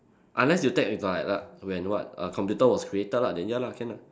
unless you take if like like when what uh computer was created lah then ya lah can lah